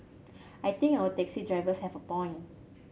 I think our taxi drivers have a point